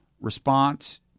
response